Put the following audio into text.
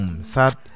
sad